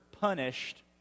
punished